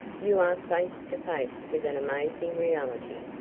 you are face to face with an amazing reality.